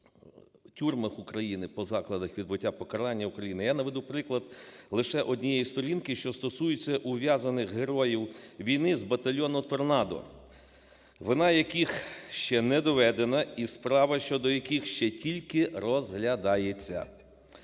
тюрмах України, по закладах відбуття покарання України я наведу приклад лише однієї сторінки, що стосується ув'язнених героїв війни з батальйону "Торнадо", вина яких ще не доведена і справа щодо яких ще тільки розглядається.